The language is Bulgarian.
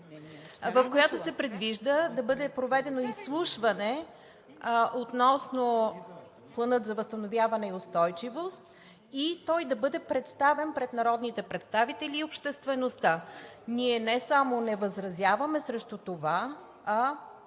в която се предвижда да бъде проведено изслушване относно Плана за възстановяване и устойчивост и той да бъде представен пред народните представители и обществеността. Ние не само не възразяваме срещу това, а